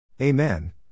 Amen